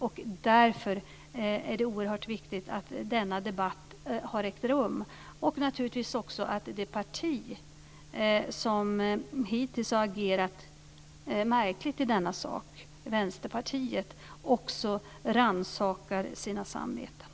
Och därför är det oerhört viktigt att denna debatt har ägt rum och naturligtvis också att det parti som hittills har agerat märkligt i denna sak, Vänsterpartiet, också rannsakar sitt samvete.